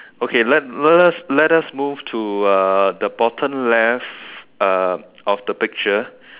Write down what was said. okay let let let us let us move to uh the bottom left uh of the picture